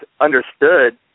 understood